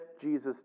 Jesus